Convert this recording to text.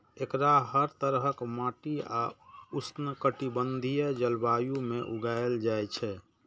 एकरा हर तरहक माटि आ उष्णकटिबंधीय जलवायु मे उगायल जाए छै